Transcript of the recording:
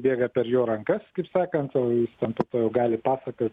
bėga per jo rankas kaip sakant o jis ten po to jau gali pasakot